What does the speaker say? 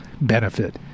benefit